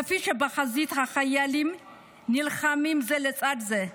כפי שבחזית החיילים נלחמים זה לצד זה,